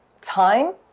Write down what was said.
time